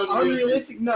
unrealistic